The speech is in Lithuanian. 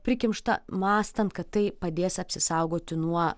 prikimštą mąstant kad tai padės apsisaugoti nuo